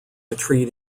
retreat